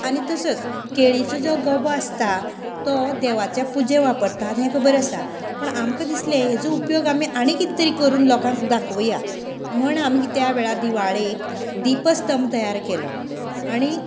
आनी तसोच केळीचो जो गबो आसता तो देवाच्या पुजे वापरतात हें खबर आसा पण आमकां दिसले हेजो उपयोग आमी आनी कितें तरी करून लोकांक दाखोवया म्हण आमी त्या वेळार दिवाळेक दिपस्तंब तयार केलो आणी